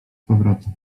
powrotem